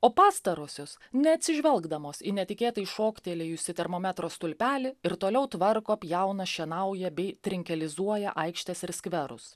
o pastarosios neatsižvelgdamos į netikėtai šoktelėjusį termometro stulpelį ir toliau tvarko pjauna šienauja bei trinkelizuoja aikštes ir skverus